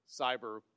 cyber